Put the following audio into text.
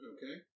Okay